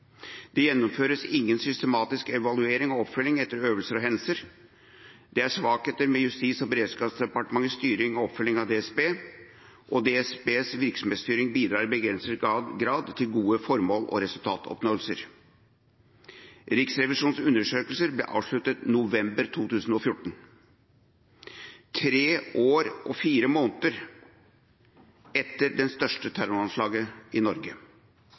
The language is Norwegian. Det gjennomføres ingen systematisk evaluering og oppfølging etter øvelser og hendelser. Det er svakheter ved Justis- og beredskapsdepartementets styring og oppfølging av DSB. DSBs virksomhetsstyring bidrar i begrenset grad til gode mål- og resultatoppnåelser. Riksrevisjonens undersøkelse ble avsluttet november 2014. Det var – tre år og fire måneder etter det største terroranslaget i Norge